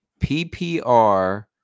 PPR